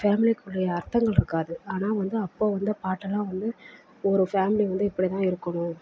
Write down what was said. ஃபேமிலிக்குரிய அர்த்தங்கள் இருக்காது ஆனால் வந்து அப்போ வந்த பாட்டெல்லாம் வந்து ஒரு ஃபேமலி வந்து இப்படி தான் இருக்கணும்